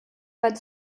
weit